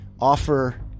offer